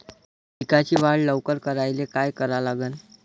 पिकाची वाढ लवकर करायले काय करा लागन?